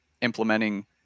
implementing